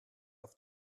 auf